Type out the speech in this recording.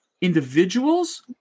individuals